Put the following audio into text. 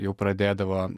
jau pradėdavo